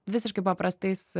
visiškai paprastais